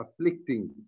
afflicting